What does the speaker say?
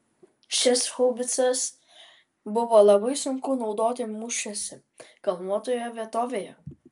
šias haubicas buvo labai sunku naudoti mūšiuose kalnuotoje vietovėje